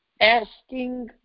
asking